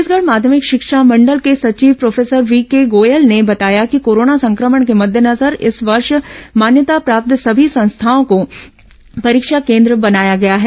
छत्तीसगढ़ माध्यमिक शिक्षा मंडल के सचिव प्रोफेसर व्हीके गोयल ने बताया कि कोरोना संक्रमण के मद्देनजर इस वर्ष मान्यता प्राप्त सभी संस्थाओं को परीक्षा केन्द्र बनाया गया है